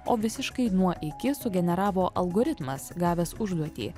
o visiškai nuo iki sugeneravo algoritmas gavęs užduotį